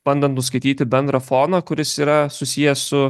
bandant nuskaityti bendrą foną kuris yra susijęs su